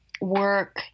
work